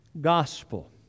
gospel